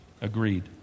agreed